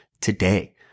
today